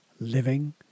living